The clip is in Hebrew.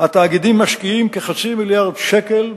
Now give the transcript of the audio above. התאגידים משקיעים כחצי מיליארד שקל,